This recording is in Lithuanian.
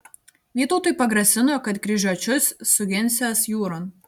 vytautui pagrasino kad kryžiuočius suginsiąs jūron